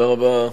תודה רבה.